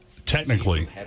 Technically